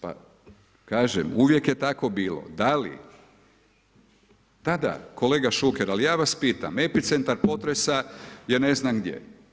Pa kažem, uvijek je tako bilo, da li tada kolega Šuker, ali ja vas pitam, epicentar potresa je ne znam gdje.